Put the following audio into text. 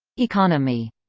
economy.